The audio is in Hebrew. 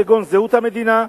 כגון זהות המדינה,